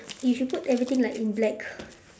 if you put everything like in black